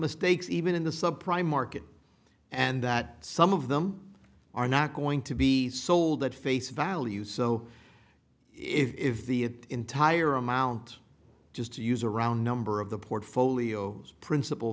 mistakes even in the subprime market and that some of them are not going to be sold at face value so if the entire amount just to use around number of the portfolio principal